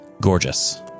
gorgeous